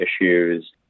issues